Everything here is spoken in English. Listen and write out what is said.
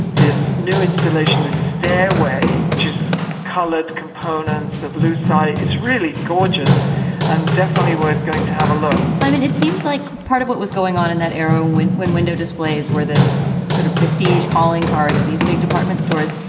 this new installation, the stairway, which has colored components of lucite. it's really gorgeous and definitely worth going to have a look at i mean, it seems like part of what was going on in that era when when window displays were the sort of prestes calling card of these big department stores.